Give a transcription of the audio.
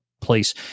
place